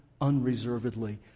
unreservedly